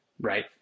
right